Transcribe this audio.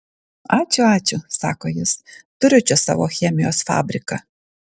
ačiū ačiū sako jis turiu čia savo chemijos fabriką